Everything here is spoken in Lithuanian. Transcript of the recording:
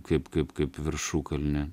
kaip kaip kaip viršukalnę